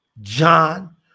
John